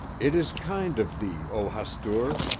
it is kind of thee, o hastur,